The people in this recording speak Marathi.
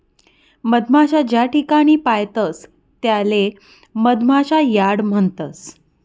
मधमाशा ज्याठिकाणे पायतस त्याले मधमाशा यार्ड म्हणतस